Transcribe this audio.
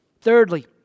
Thirdly